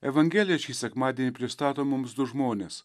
evangelija šį sekmadienį pristato mums du žmones